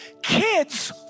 kids